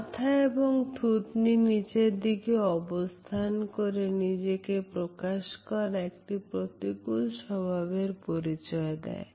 মাথা এবং থুতনি নিচের দিকে অবস্থান করে নিজেকে প্রকাশ করা একটি প্রতিকূল স্বভাবের পরিচয় দেয়